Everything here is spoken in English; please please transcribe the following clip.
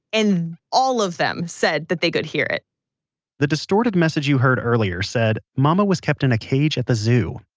and all of them said that they could hear it the distorted message you heard earlier said, mama was kept in a cage at the zoo,